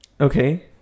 okay